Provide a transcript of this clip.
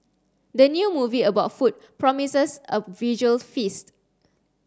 the new movie about food promises a visual feast